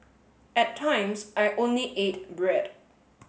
at times I only ate bread